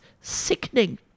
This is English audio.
sickening